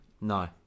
No